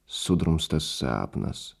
sudrumstas sapnas